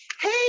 hey